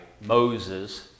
Moses